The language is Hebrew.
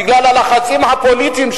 בגלל הלחצים הפוליטיים,